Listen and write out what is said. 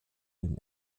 den